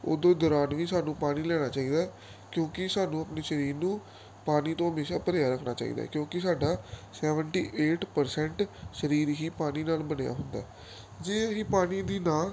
ਉਹਦੇ ਦੌਰਾਨ ਵੀ ਸਾਨੂੰ ਪਾਣੀ ਲੈਣਾ ਚਾਹੀਦਾ ਕਿਉਂਕਿ ਸਾਨੂੰ ਆਪਣੀ ਸਰੀਰ ਨੂੰ ਪਾਣੀ ਤੋਂ ਹਮੇਸ਼ਾ ਭਰਿਆ ਰੱਖਣਾ ਚਾਹੀਦਾ ਹੈ ਕਿਉਂਕਿ ਸਾਡਾ ਸੈਵਨਟੀ ਏਟ ਪਰਸੈਂਟ ਸਰੀਰ ਹੀ ਪਾਣੀ ਨਾਲ ਬਣਿਆ ਹੁੰਦਾ ਜੇ ਅਸੀਂ ਪਾਣੀ ਦੀ ਨਾ